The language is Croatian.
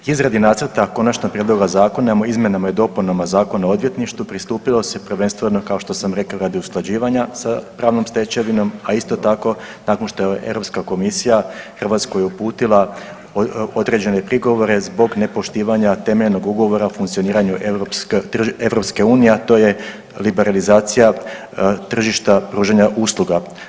Izradi nacrta Konačnog prijedloga Zakona o izmjenama i dopunama Zakona o odvjetništvu pristupilo se prvenstveno kao što sam rekao radi usklađivanja sa pravnom stečevinom, a isto tako nakon što je Europska komisija Hrvatskoj uputila određene prigovore zbog nepoštivanja temeljenog ugovora o funkcioniranju EU, a to je liberalizacija tržišta pružanja usluga.